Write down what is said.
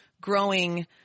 growing